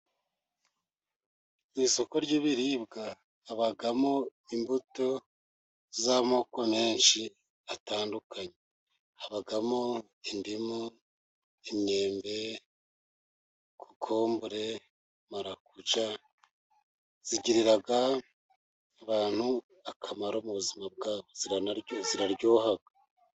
Ku isoko ry'ibiribwa habamo imbuto z'amoko menshi atandukanye, habamo indimu, imyembe, kokombure, marakuja, zigirira abantu akamaro mu buzima bwabo ziraryoha.